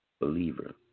believer